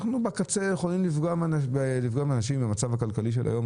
אנחנו לא יכולים לפגוע באנשים במצב הכלכלי של היום,